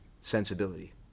sensibility